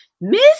Miss